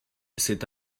c’est